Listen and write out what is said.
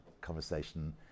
conversation